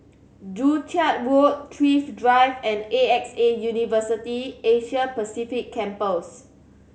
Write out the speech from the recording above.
Joo Chiat Road Thrift Drive and A X A University Asia Pacific Campus